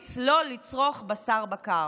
ממליץ לא לצרוך בשר בקר.